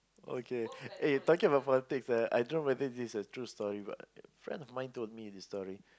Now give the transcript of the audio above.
okay eh talking about politics ah I don't know whether this is a true story but a friend of mine told me this story